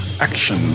action